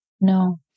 no